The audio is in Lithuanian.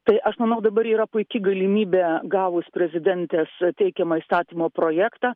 tai aš manau dabar yra puiki galimybė gavus prezidentės teikiamą įstatymo projektą